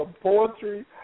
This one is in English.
poetry